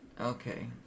Okay